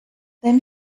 then